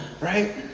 Right